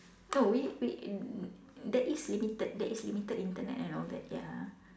no we we there is limited there is limited Internet and all that ya